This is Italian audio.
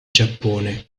giappone